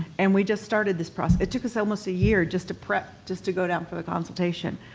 and we just started this process. it took us almost a year just to prep, just to go down for the consultation.